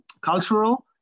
cultural